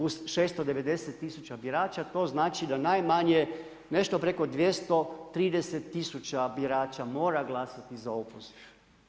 Uz 690 tisuća birača to znači da najmanje nešto preko 230 tisuća birača mora glasati za opoziv.